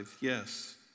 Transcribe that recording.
yes